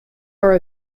are